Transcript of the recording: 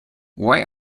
why